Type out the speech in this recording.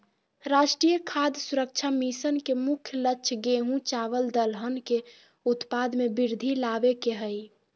राष्ट्रीय खाद्य सुरक्षा मिशन के मुख्य लक्ष्य गेंहू, चावल दलहन के उत्पाद में वृद्धि लाबे के हइ